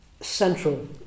central